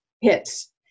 hits